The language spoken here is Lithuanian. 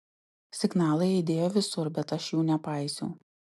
signalai aidėjo visur bet aš jų nepaisiau